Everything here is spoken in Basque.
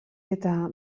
eta